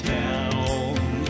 down